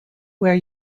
where